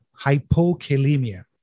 hypokalemia